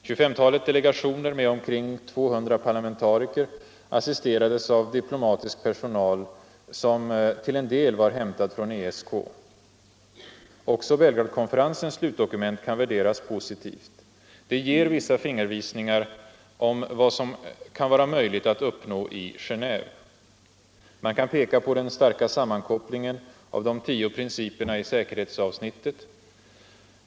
25-talet delegationer med omkring 200 parlamentariker assisterades av diplomatisk personal som till en del var hämtad från ESK. Också Belgradkonferensens slutdokument kan värderas positivt. Det ger vissa fingervinsingar om vad som kan vara möjligt att uppnå i Genéve. Man kan peka på den starka sammankopplingen av de tio principerna i säkerhetsavsnittet.